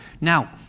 Now